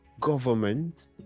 government